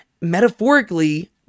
metaphorically